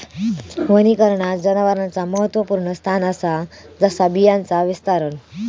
वनीकरणात जनावरांचा महत्त्वपुर्ण स्थान असा जसा बियांचा विस्तारण